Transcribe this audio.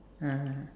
(uh huh)